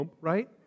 right